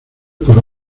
por